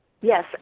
Yes